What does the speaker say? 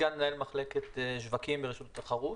סגן מנהל מחלקת שווקים ברשות התחרות.